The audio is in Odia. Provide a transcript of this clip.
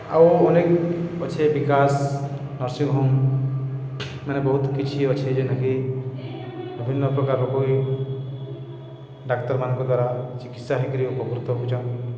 ଆଉ ଅନେକ୍ ଅଛେ ବିକାଶ୍ ନର୍ସିଂ ହୋମ୍ ମାନେ ବହୁତ୍ କିଛି ଅଛେ ଜେନ୍ଟାକି ବିଭିନ୍ନପ୍ରକାର ରୋଗ ବି ଡାକ୍ତର୍ମାନଙ୍କ ଦ୍ୱାରା ଚିକିତ୍ସା ହେଇକରି ଉପକୃତ ହଉଚନ୍